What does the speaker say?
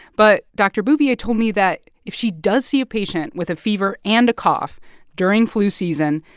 but dr. bouvier told me that if she does see a patient with a fever and a cough during flu season,